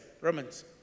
Romans